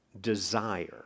Desire